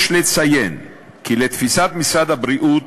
יש לציין כי לתפיסת משרד הבריאות,